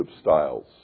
styles